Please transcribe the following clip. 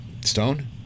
Stone